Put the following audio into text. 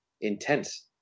intense